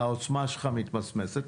העוצמה שלך מתמסמסת,